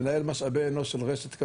בשלב הראשון שום סל,